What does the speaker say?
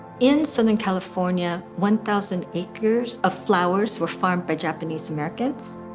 in southern california, one thousand acres of flowers were farmed by japanese-americans,